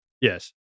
Yes